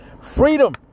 Freedom